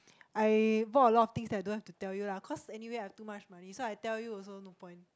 I vote a lot of things that don't have to tell you lah cause anyway I have too much money so I tell you also no point